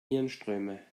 hirnströme